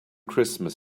christmas